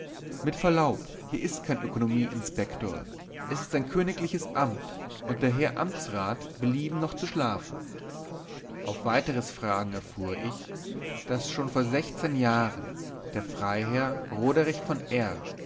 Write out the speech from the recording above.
mit verlaub hier ist kein ökonomieinspektor es ist ein königliches amt und der herr amtsrat belieben noch zu schlafen auf weiteres fragen erfuhr ich daß schon vor sechzehn jahren der freiherr roderich von r